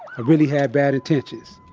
i really had bad intentions.